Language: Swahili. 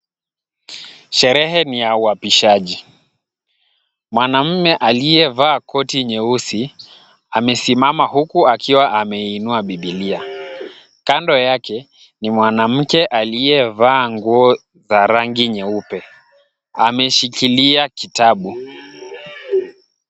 Sherehe ni ya uapishaji. Mwanaume aiyevaa koti nyeusi amesimama huku akiwa ameinua biblia. Kando yake ni mwanamke aliyevaa nguo za rangi nyeupe ameshikilia kitabu.